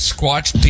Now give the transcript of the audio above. Squatch